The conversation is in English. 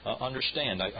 understand